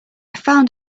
found